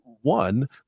one